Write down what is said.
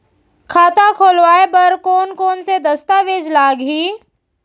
खाता खोलवाय बर कोन कोन से दस्तावेज लागही?